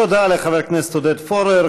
תודה לחבר הכנסת עודד פורר.